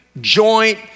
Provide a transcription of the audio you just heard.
joint